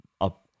up